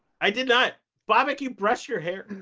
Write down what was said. i did not. bobak, you brush your hair?